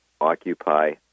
Occupy